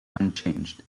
unchanged